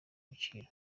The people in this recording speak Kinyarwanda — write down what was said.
ibiciro